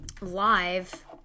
live